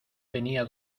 tenía